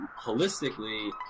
holistically